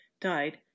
died